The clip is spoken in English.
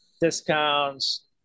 discounts